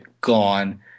gone